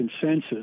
consensus